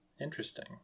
Interesting